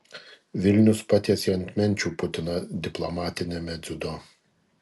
vilnius patiesė ant menčių putiną diplomatiniame dziudo